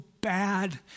bad